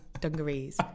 dungarees